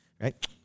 Right